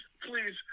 please